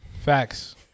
Facts